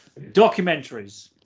Documentaries